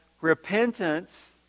repentance